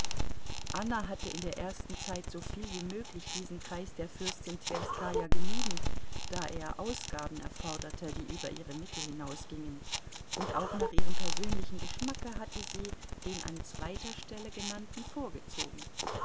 anna hatte in der ersten zeit soviel wie möglich diesen kreis der fürstin twerskaja gemieden da er ausgaben erforderte die über ihre mittel hinausgingen und auch nach ihrem persönlichen geschmacke hatte sie den an zweiter stelle genannten vorgezogen